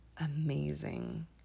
amazing